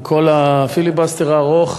עם כל הפיליבסטר הארוך.